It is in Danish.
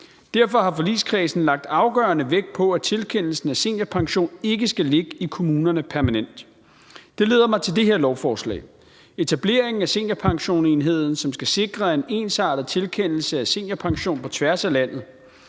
Derfor har forligskredsen lagt afgørende vægt på, at tilkendelsen af seniorpension ikke skal ligge i kommunerne permanent, og det leder mig til det her lovforslag: etableringen af Seniorpensionsenheden, som skal sikre en ensartet tilkendelse af seniorpension på tværs af landet.